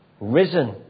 risen